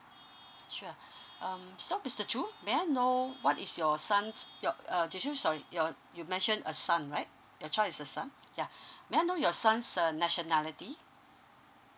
sure um so mister choo may I know what is your sons your did you sorry your you mention a son right your child is a son (ya) may I know your son's uh nationality